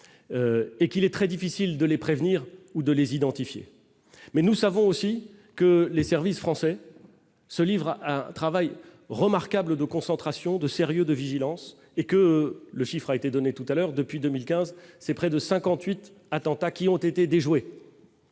et qu'il est très difficile de les prévenir, ou de les identifier, mais nous savons aussi que les services français se livre à un travail remarquable de concentration, de sérieux, de vigilance et que le chiffre a été donné tout à l'heure, depuis 2015 c'est près de 58 attentats qui ont été déjoués.